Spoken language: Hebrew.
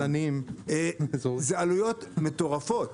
זה עלויות מטורפות.